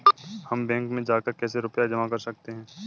हम बैंक में जाकर कैसे रुपया जमा कर सकते हैं?